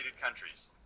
countries